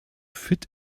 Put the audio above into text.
fit